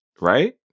Right